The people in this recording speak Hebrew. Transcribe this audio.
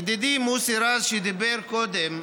ידידי מוסי רז, שדיבר קודם,